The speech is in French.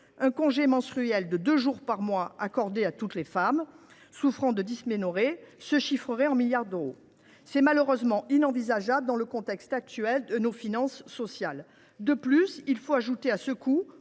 Un congé menstruel de deux jours par mois, accordé à toutes les femmes souffrant de dysménorrhées, se chiffrerait donc en milliards d’euros. C’est malheureusement inenvisageable, au vu de l’état actuel de nos finances sociales. De plus, il faut ajouter à ce coût